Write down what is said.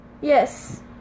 yes